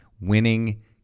Winning